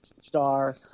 star